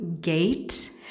gate